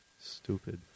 stupid